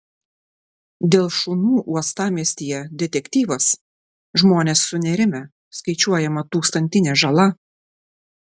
dėl šunų uostamiestyje detektyvas žmonės sunerimę skaičiuojama tūkstantinė žala